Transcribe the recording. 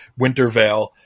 Wintervale